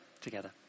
together